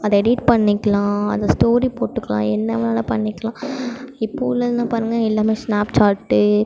அதை எடிட் பண்ணிக்கலாம் அதை ஸ்டோரி போட்டுக்கலாம் என்ன வேணாலும் பண்ணிக்கலாம் இப்போது உள்ளதுலாம் பாருங்க எல்லாம் ஸ்னாப்சாட்டு